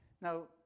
Now